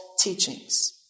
teachings